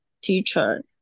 teacher